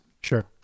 Sure